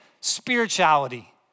spirituality